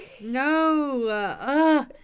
No